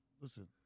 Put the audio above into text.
Listen